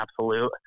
absolute